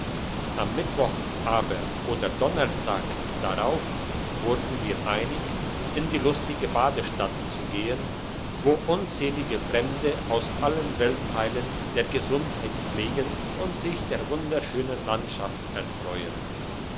am mittwoch aber oder donnerstags drauf wurden wir einig in die lustige badestadt zu gehen wo unzählige fremde aus allen weltteilen der gesundheit pflegen und sich der wunderschönen landschaft erfreuen